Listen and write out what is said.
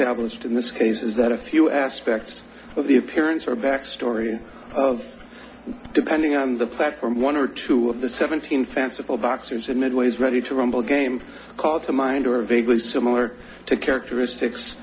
established in this case is that a few aspect of the appearance or backstory of depending on the platform one or two of the seventeen fanciful boxes in midway's ready to rumble game call to mind or vaguely similar to characteristics